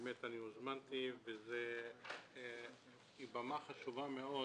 הוזמנתי וזו במה חשובה מאוד